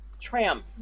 tram